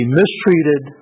mistreated